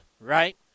right